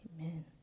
Amen